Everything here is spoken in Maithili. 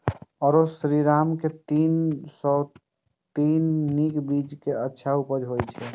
आरो श्रीराम के तीन सौ तीन भी नीक बीज ये अच्छा उपज होय इय?